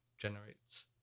Generates